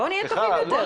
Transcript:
בואו נהיה טובים יותר.